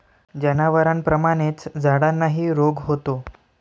जनावरांप्रमाणेच झाडांनाही रोग होतो